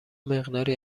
مقداری